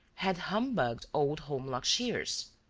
had humbugged old holmlock shears.